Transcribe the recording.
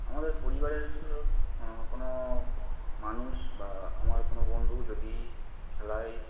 আমাদের পরিবারের কোনো মানুষ বা আমার কোনো বন্ধু যদি খেলায়